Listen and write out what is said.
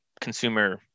consumer